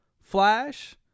Flash